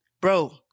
bro